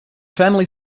family